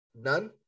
None